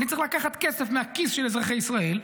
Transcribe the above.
אני צריך לקחת כסף מהכיס של אזרחי ישראל,